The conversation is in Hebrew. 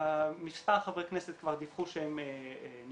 מספר חברי כנסת כבר דיווחו שהם נפגשו,